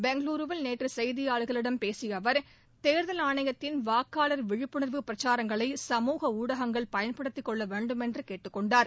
பெங்களூருவில் நேற்று செய்தியாளர்களிடம் பேசிய அவர் தேர்தல் ஆணையத்தின் வாக்காளர் விழிப்புணர்வு பிரச்சாரங்களை சமூக ஊடகங்கள் பயன்படுத்திக்கொள்ள வேண்டுமென்று கேட்டுக்கொண்டார்